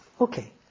Okay